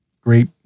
Great